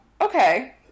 Okay